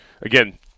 again